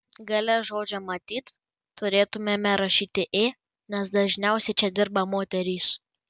gale žodžio matyt turėtumėme rašyti ė nes dažniausiai čia dirba moterys